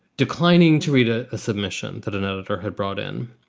declining to read a submission that an editor had brought in.